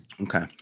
Okay